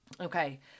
okay